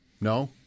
No